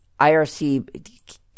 IRC